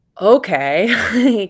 okay